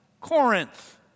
Corinth